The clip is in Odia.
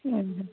ହୁଁ ହୁଁ